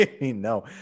no